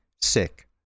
sick